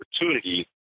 opportunity